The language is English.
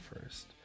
first